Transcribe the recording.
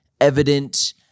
evident